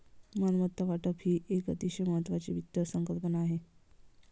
मालमत्ता वाटप ही एक अतिशय महत्वाची वित्त संकल्पना आहे